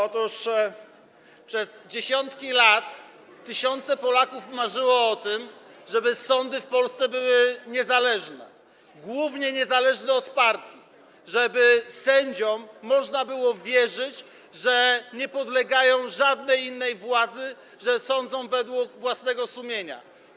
Otóż przez dziesiątki lat tysiące Polaków marzyło o tym, żeby sądy w Polsce były niezależne, głównie niezależne od partii, żeby sędziom można było wierzyć, że nie podlegają żadnej innej władzy, że sądzą według własnego sumienia.